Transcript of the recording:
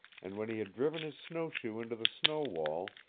and when he had driven his snowshoe into the snow wall,